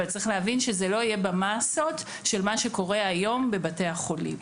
אבל צריך להבין שזה לא יהיה במסות של מה שקורה היום בבתי החולים.